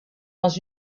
dans